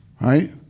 right